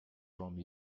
from